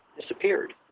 disappeared